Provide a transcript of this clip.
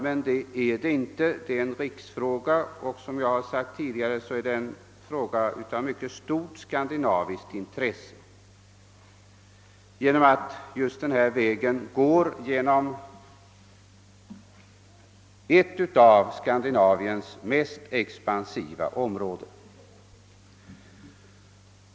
Men det är det inte; det är en riksfråga, som jag sagt tidigare är det också en fråga av mycket stort skandinaviskt intresse genom att denna väg går genom ett av Skandinaviens mest expansiva områden.